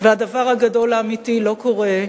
והדבר הגדול האמיתי לא קורה,